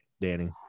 Danny